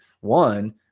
one